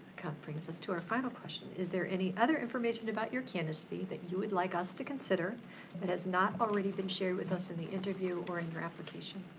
brings us to our final question. is there any other information about your candidacy that you would like us to consider that has not already been shared with us in the interview or in your application?